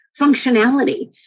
functionality